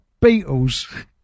beatles